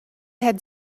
had